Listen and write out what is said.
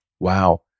Wow